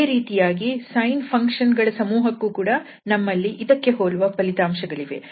ಅದೇ ರೀತಿಯಾಗಿ sine function ಗಳ ಸಮೂಹಕ್ಕೂ ಕೂಡ ನಮ್ಮಲ್ಲಿ ಇದಕ್ಕೆ ಹೋಲುವ ಫಲಿತಾಂಶಗಳಿವೆ